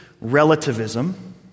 relativism